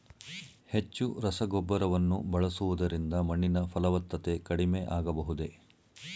ಹೆಚ್ಚು ರಸಗೊಬ್ಬರವನ್ನು ಬಳಸುವುದರಿಂದ ಮಣ್ಣಿನ ಫಲವತ್ತತೆ ಕಡಿಮೆ ಆಗಬಹುದೇ?